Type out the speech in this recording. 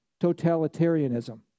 totalitarianism